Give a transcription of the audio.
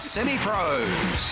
Semi-Pros